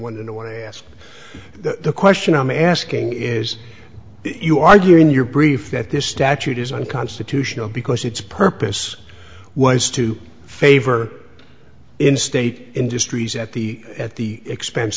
one and i want to ask the question i'm asking is you argue in your brief that this statute is unconstitutional because its purpose was to favor in state industries at the at the expense